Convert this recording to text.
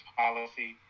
policy